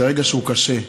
זה רגע שהוא קשה.